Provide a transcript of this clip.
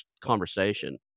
conversation